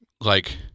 Like-